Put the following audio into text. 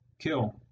Kill